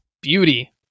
Beauty